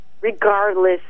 regardless